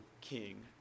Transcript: king